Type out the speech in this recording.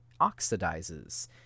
oxidizes